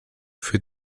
für